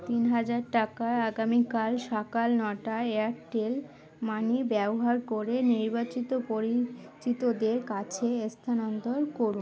তিন হাজার টাকা আগামীকাল সকাল নটায় এয়ারটেল মানি ব্যবহার করে নির্বাচিত পরিচিতদের কাছে স্থানান্তর করুন